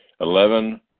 Eleven